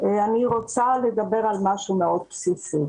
אני רוצה לדבר על משהו מאוד בסיסי.